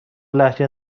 لهجه